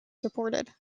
supported